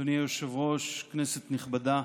אדוני היושב-ראש, כנסת נכבדה,